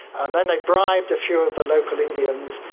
and then they bribed a few of the local indians,